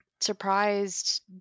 surprised